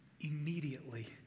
immediately